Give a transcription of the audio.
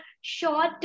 short